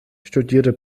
studierte